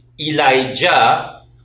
Elijah